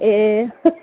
ए